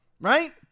right